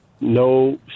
no